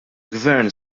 gvern